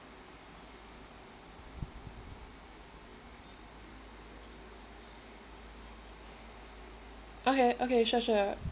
okay okay sure sure